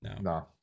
no